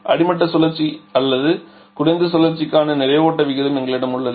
அடிமட்ட சுழற்சிக்கான அல்லது குறைந்த சுழற்சிக்கான நிறை ஓட்ட விகிதம் எங்களிடம் உள்ளது